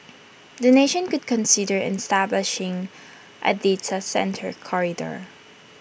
the nation should consider establishing A data centre corridor